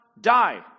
die